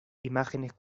imágenes